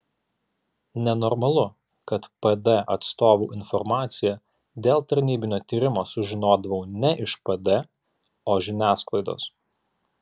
nenormalu kad pd atstovų informaciją dėl tarnybinio tyrimo sužinodavau ne iš pd o žiniasklaidos